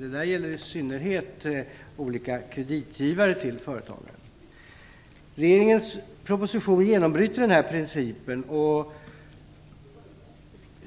Det gäller i synnerhet olika kreditgivare till företagaren. Regeringens proposition genombryter den här principen, och